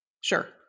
Sure